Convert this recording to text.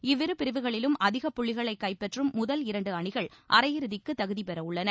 இவ்விரு பிரிவிகளிலும் அதிக புள்ளிகளை கைப்பற்றும் முதல் இரண்டு அணிகள் அரையிறுதிக்கு தகுதி பெறவுள்ளன